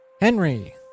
Henry